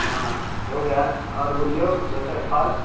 हँ हो गेल आओर बोलिऔ दोसर फल